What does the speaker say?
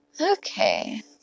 Okay